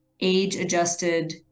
age-adjusted